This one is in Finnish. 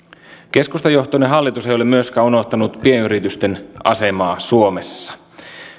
keskustajohtoinen hallitus ei ole unohtanut myöskään pienyritysten asemaa suomessa